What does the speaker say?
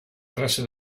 trasse